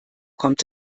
kommt